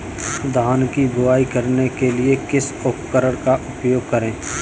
धान की बुवाई करने के लिए किस उपकरण का उपयोग करें?